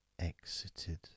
exited